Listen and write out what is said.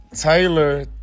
Taylor